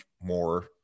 more